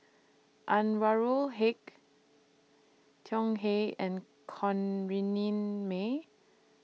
Anwarul Haque Tsung Hey and Corrinne May